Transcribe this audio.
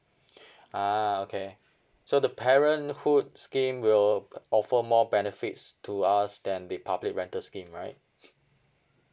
ah okay so the parenthood scheme will uh offer more benefits to us than the public rental scheme right